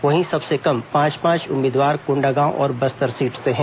वहीं सबसे कम पांच पांच उम्मीदवार कोंडागांव और बस्तर सीट से है